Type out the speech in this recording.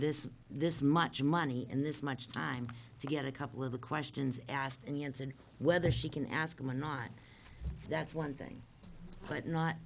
this this much money and this much time to get a couple of the questions asked and answered whether she can ask him or not that's one thing but not